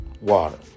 water